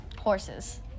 Horses